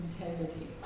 integrity